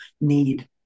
need